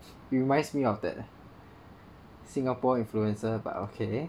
it reminds me of that Singapore influencer but okay